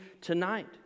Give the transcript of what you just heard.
tonight